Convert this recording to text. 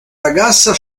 ragazza